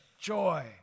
joy